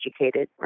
educated